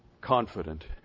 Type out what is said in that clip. confident